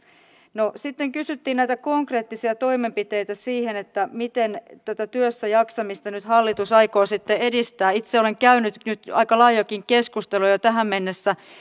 no sitten kysyttiin näitä konkreettisia toimenpiteitä siihen miten tätä työssäjaksamista nyt hallitus aikoo sitten edistää itse olen käynyt nyt aika laajojakin keskusteluja tähän mennessä